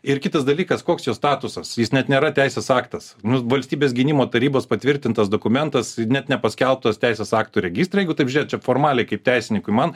ir kitas dalykas koks jo statusas jis net nėra teisės aktas nes valstybės gynimo tarybos patvirtintas dokumentas net nepaskelbtas teisės aktų registre jeigu taip žiūrėt čia formaliai kaip teisininkui man